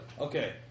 Okay